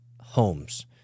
homes